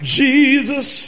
jesus